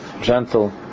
gentle